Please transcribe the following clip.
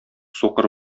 сукыр